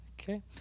okay